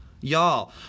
y'all